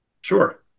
Sure